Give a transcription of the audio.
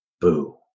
Boo